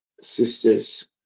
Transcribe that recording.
sisters